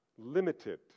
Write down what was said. Limited